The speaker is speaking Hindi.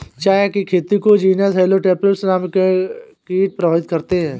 चाय की खेती को जीनस हेलो पेटल्स नामक कीट प्रभावित करते हैं